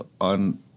on